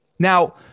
Now